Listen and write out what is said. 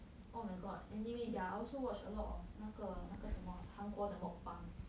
oh my god anyway yeah I also watch a lot of 那个那个什么韩国的 mukbang